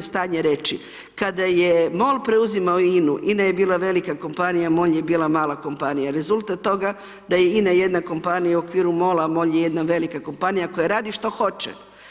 stanje reći, kada je MOL preuzimao INA-u, INA je bila velika kompanija, MOL je bila mala kompanija, rezultat toga da je INA jedna kompanija, u okviru MOL-a a MOL je jedna velika kompanija, koja radi što hoće.